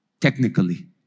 technically